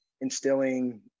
instilling